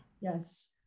Yes